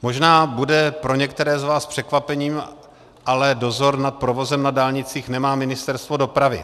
Možná bude pro některé z vás překvapením, ale dozor nad provozem na dálnicích nemá Ministerstvo dopravy.